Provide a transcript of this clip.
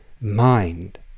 Mind